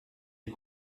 les